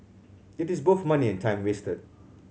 it is both money and time wasted